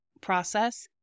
process